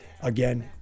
again